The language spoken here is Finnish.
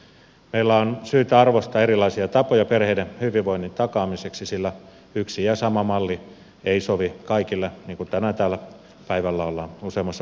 meillä on syytä arvostaa erilaisia tapoja perheiden hyvinvoinnin takaamiseksi sillä yksi ja sama malli ei sovi kaikille niin kuin täällä tänään päivällä on useammassa puheenvuorossa kuultu sanottavan